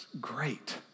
great